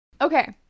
okay